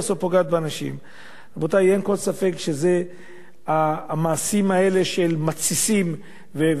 אין כל ספק שהמעשים האלה שמתסיסים ושוברים את היחסים